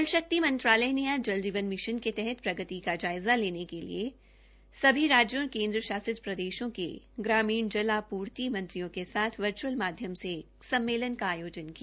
जल शक्ति मंत्रालय ने आज जल शक्ति मिशन के तहत प्रगति का जायज़ा लेने के लिए सभी राजयों और केन्द्र शासित प्रदेशों के ग्रामीण जल आपूर्ति मंत्रियों के साथ बर्च्अल माध्यम से एक सम्मेलन का आयोजन किया